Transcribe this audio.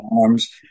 arms